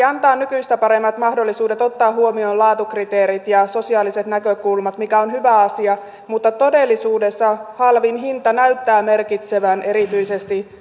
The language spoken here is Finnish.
antaa nykyistä paremmat mahdollisuudet ottaa huomioon laatukriteerit ja sosiaaliset näkökulmat mikä on hyvä asia mutta todellisuudessa halvin hinta näyttää merkitsevän erityisesti